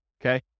okay